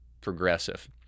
progressive